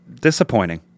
disappointing